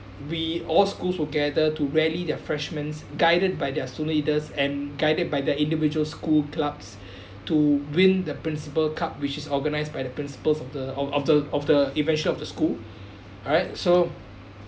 we all schools will gather to rally their freshman's guided by their soon leaders and guided by the individual school clubs to win the principal cup which is organised by the principles of the of of the of the invention of the school all right so